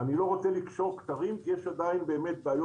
אני לא רוצה לקשור כתרים כי יש עדיין בעיות,